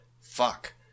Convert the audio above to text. Fuck